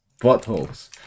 buttholes